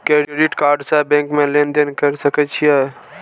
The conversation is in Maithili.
क्रेडिट कार्ड से बैंक में लेन देन कर सके छीये?